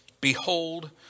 Behold